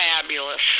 fabulous